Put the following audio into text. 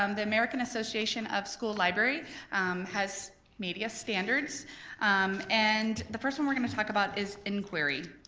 um the american association of school library has media standards and the first one we're gonna talk about is inquiry,